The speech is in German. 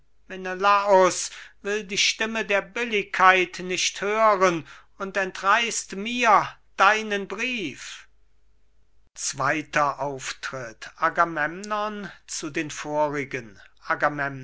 will die stimme der billigkeit nicht hören und entreißt mir deinen brief agamemnon